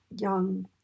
young